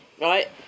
Right